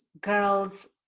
girls